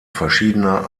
verschiedener